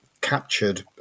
Captured